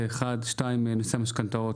שנית, נושא המשכנתאות.